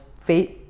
faith